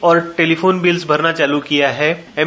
और telephone bill भरना चालू किया है एम